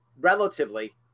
relatively